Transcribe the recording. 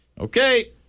Okay